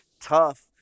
tough